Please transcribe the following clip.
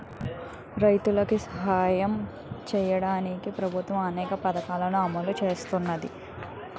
రైతులికి సాయం సెయ్యడానికి ప్రభుత్వము అనేక పథకాలని అమలు సేత్తన్నాది